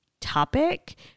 topic